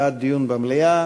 בעד דיון במליאה,